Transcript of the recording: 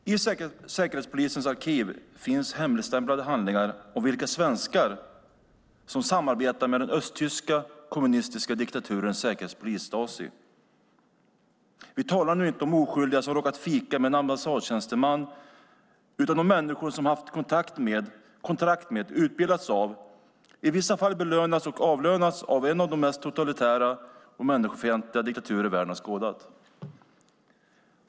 Fru talman! I Säkerhetspolisens arkiv finns hemligstämplade handlingar om vilka svenskar som samarbetade med den östtyska kommunistiska diktaturens säkerhetspolis, Stasi. Vi talar nu inte om oskyldiga som råkat fika med en ambassadtjänsteman utan om människor som haft kontrakt med, utbildats av och i vissa fall belönats och avlönats av en av de mest totalitära och människofientliga diktaturer världen skådat.